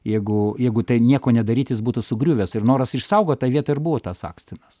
jeigu jeigu tai nieko nedaryt jis būtų sugriuvęs ir noras išsaugot tą vietą ir buvo tas akstinas